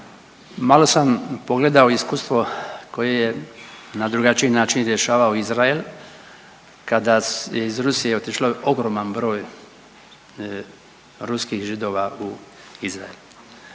Malo sam pogledao iskustvo koje na drugačiji način rješavao Izrael kada je iz Rusije otišao ogroman broj ruskih Židova u Izrael.